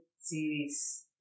series